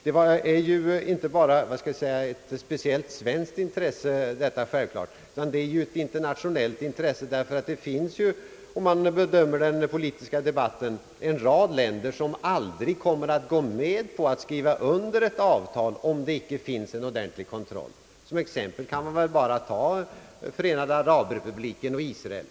Det är inte bara ett speciellt svenskt intresse, utan det är ett internationellt intresse. Det finns ju en rad länder som aldrig kommer att gå med på att skriva under ett avtal om det inte finns en ordentlig kontroll. Som exempel kan man ta Förenade Arabrepubliken och Israel.